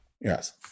Yes